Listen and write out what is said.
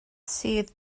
sydd